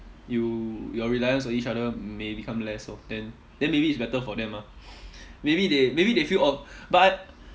you your reliance on each other may become less orh then then maybe it's better for them ah maybe they maybe they feel aw~ but I